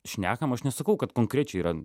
šnekam aš nesakau kad konkrečiai yra